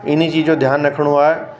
इन चीज जो ध्यानु रखिणो आहे